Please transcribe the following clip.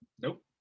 Nope